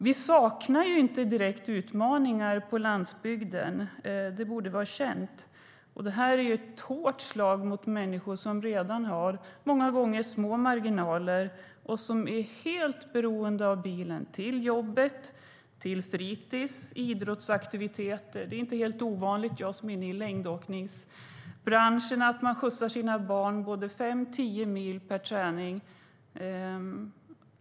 Vi saknar inte direkt utmaningar på landsbygden, och detta är ett hårt slag mot människor som många gånger redan har små marginaler och som är helt beroende av bilen för att ta sig till jobbet, till fritis och till idrottsaktiviteter. Jag är inne i längdåkningsbranschen och skjutsar mina barn både fem och tio mil per träning.